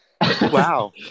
Wow